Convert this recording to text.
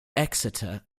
exeter